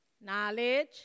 Knowledge